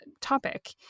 topic